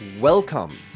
Welcome